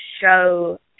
show